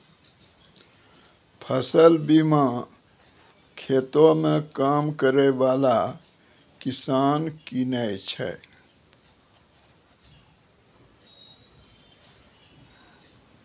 फसल बीमा खेतो मे काम करै बाला किसान किनै छै